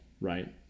right